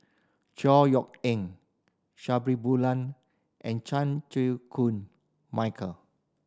Chor Yeok Eng Sabri and Chan Chew Koon Michael